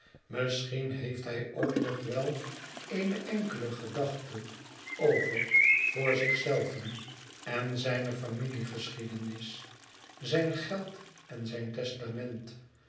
misschien heeft hij ook nog wel eene enkele gedachte over voor zich zelven en zijne familiegeschiedenis zijn geld en zijn testament